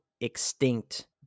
extinct